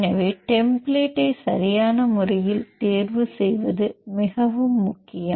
எனவே டெம்பிளேட் ஐ சரியான முறையில் தேர்வு செய்வது மிகவும் முக்கியம்